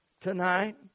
tonight